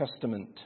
Testament